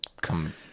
come